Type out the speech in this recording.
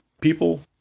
people